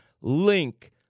link